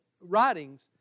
writings